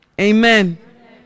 Amen